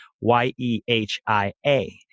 Y-E-H-I-A